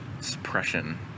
suppression